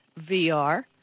VR